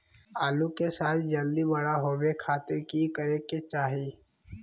आलू के साइज जल्दी बड़ा होबे खातिर की करे के चाही?